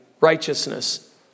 righteousness